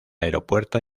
aeropuerto